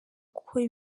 gukora